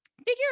figure